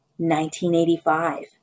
1985